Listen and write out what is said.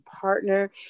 partner